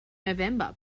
november